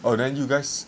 oh then you guys